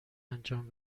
انجام